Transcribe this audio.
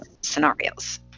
scenarios